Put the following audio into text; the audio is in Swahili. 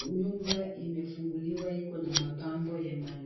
nyumba imefuguliwa iko na mapambo ya maan....